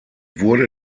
wurde